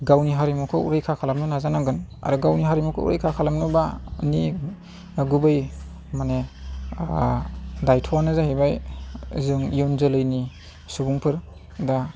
गावनि हारिमुखौ रैखा खालामनो नाजानांगोन आरो गावनि हारिमुखौ रैखा खालामनोब्ला मानि गुबै माने दायथ'आनो जाहैबाय जों इयुन जोलैनि सुबुंफोर दा